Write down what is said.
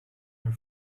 her